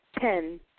Ten